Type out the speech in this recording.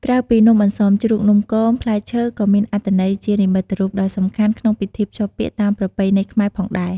ក្រៅពីនំអន្សមជ្រូក នំគម ផ្លែឈើក៏មានអត្ថន័យជានិមិត្តរូបដ៏សំខាន់ក្នុងពិធីភ្ជាប់ពាក្យតាមប្រពៃណីខ្មែរផងដែរ។